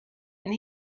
and